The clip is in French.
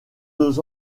deux